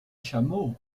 chameau